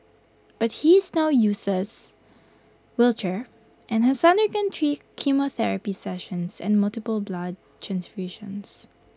but he is now uses wheelchair and has undergone three chemotherapy sessions and multiple blood transfusions